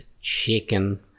chicken